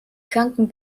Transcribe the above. kranken